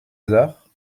hasard